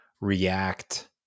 React